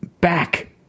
back